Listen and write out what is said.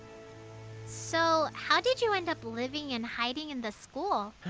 so. how did you end up living and hiding in the school?